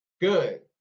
Good